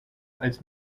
als